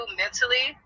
mentally